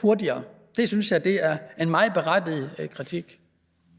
hurtigere. Det synes jeg er en meget berettiget kritik.